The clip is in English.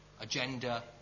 agenda